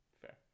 Fair